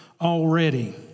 already